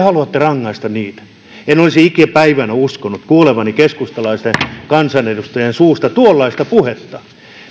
haluatte rangaista en olisi ikipäivänä uskonut kuulevani keskustalaisten kansanedustajien suusta tuollaista puhetta